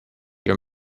your